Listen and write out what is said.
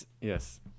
Yes